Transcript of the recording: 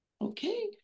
Okay